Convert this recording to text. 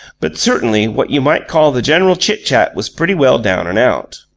but certainly what you might call the general chit-chat was pretty well down and out.